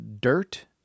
dirt